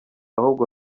ahubwo